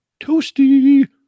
Toasty